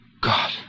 God